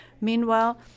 meanwhile